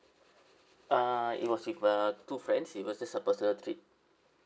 uh it was with uh two friends it was just a personal trip